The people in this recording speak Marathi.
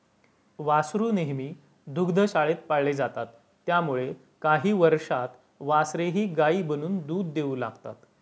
वासरू नेहमी दुग्धशाळेत पाळले जातात त्यामुळे काही वर्षांत वासरेही गायी बनून दूध देऊ लागतात